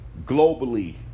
globally